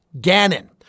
Gannon